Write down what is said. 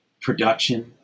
production